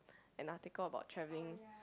an article about travelling